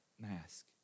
mask